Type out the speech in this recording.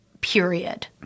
period